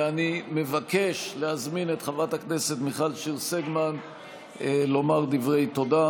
אני מבקש להזמין את חברת הכנסת מיכל שיר סגמן לומר דברי תודה,